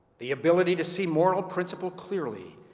the ability to see moral principle clearly,